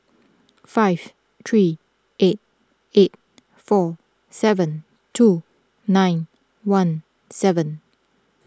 five three eight eight four seven two nine one seven